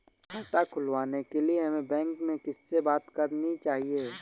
खाता खुलवाने के लिए हमें बैंक में किससे बात करनी चाहिए?